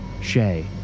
Shay